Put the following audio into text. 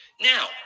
Now